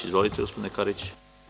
Izvolite gospodine Karić.